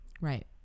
Right